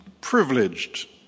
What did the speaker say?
privileged